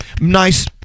Nice